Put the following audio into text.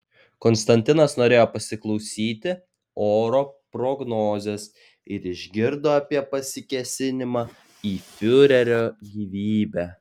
konstantinas norėjo pasiklausyti oro prognozės ir išgirdo apie pasikėsinimą į fiurerio gyvybę